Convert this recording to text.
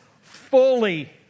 fully